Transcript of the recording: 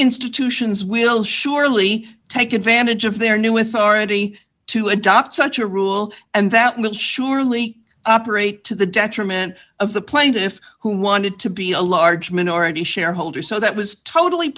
institutions will surely take advantage of their new authority to adopt such a rule and that will surely operate to the detriment of the plaintiffs who wanted to be a large minority shareholder so that was totally